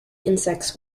insects